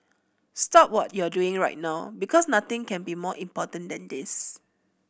stop what you're doing right now because nothing can be more important than this